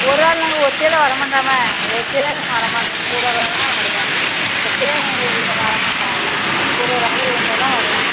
ஒரு ஆள் நாங்கள் ஒத்தையில் வரமாட்டமே ஒத்தையில் நாங்கள் வரமாட்டோம் கூட ஒரு ஆள்னால் வருவேன் ஒத்தையில் வரமாட்டேன் ஆமாம் கூட ஒரு ஆள் வந்தால்தான் வருவேன்